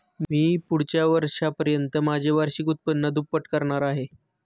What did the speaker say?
मी पुढच्या वर्षापर्यंत माझे वार्षिक उत्पन्न दुप्पट करणार आहे